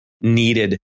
needed